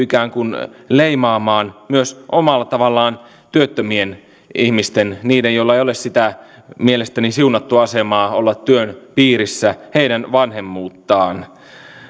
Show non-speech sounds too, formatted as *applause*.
*unintelligible* ikään kuin leimaamaan omalla tavallaan työttömien ihmisten heidän joilla ei ole sitä mielestäni siunattua asemaa olla työn piirissä vanhemmuutta